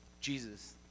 Jesus